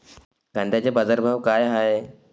कांद्याचे बाजार भाव का हाये?